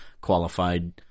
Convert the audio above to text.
qualified